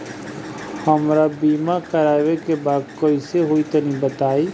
हमरा बीमा करावे के बा कइसे होई तनि बताईं?